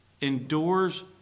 endures